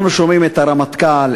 אנחנו שומעים את הרמטכ"ל,